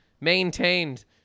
maintained